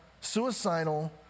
suicidal